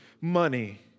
money